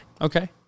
Okay